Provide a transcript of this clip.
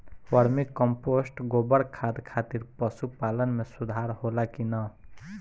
Vermi compost गोबर खाद खातिर पशु पालन में सुधार होला कि न?